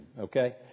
okay